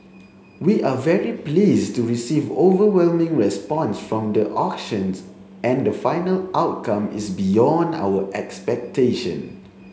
we are very pleased to receive overwhelming response from the auctions and the final outcome is beyond our expectation